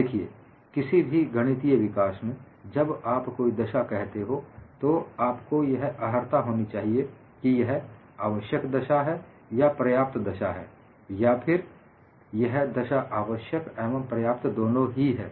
देखिए किसी भी गणितीय विकास में जब आप कोई दशा कहते हो तो आपको यह अहर्ता होनी चाहिए कि यह आवश्यक दशा है या पर्याप्त दशा है या फिर यह दशा आवश्यक एवं पर्याप्त दोनों ही हैं